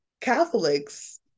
catholics